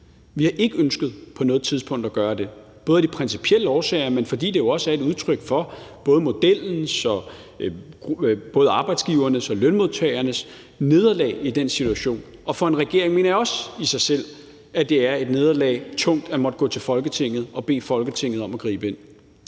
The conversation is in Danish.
Vi har ikke på noget tidspunkt ønsket at gøre det. Det er både af de principielle årsager, men også fordi det er udtryk for både modellens og arbejdsgivernes og lønmodtagernes nederlag i den situation. Og for en regering mener jeg også i sig selv, at det er et nederlag tungt at måtte gå til Folketinget og bede Folketinget om at gribe ind.